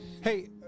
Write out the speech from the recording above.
hey